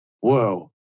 whoa